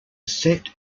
set